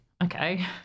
Okay